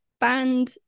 band